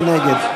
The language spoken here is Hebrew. מי נגד?